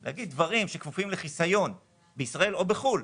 להגיד דברים שכפופים לחיסיון בישראל או בחו"ל.